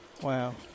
Wow